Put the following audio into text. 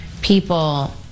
people